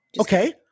Okay